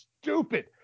stupid